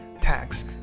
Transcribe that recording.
tax